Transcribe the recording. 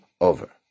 over